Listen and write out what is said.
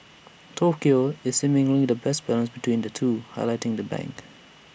Tokyo is seemingly the best balance between the two highlighting the bank